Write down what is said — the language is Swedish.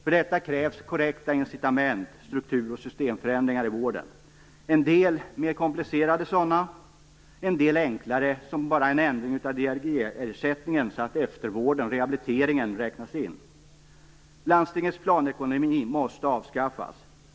För detta krävs korrekta incitament, struktur och systemförändringar i vården, en del mer komplicerade sådana, en del enklare såsom ändring av DRG-ersättningen så att eftervården räknas in. Landstingets planekonomi måste avskaffas.